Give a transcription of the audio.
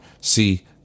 see